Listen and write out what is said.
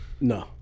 No